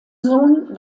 sohn